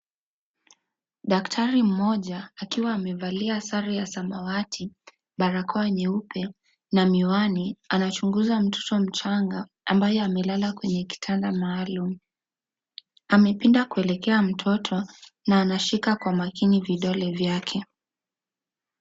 Daktari mmoja, akiwa amevalia sare ya samawati, balakoa nyeupe na miwani, anachunguza mtoto mchanga, ambaye amelala kwenye kitanda maalum. Amepinda kuelekea mtoto na anashika kwa makini vidole vyake.